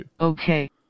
Okay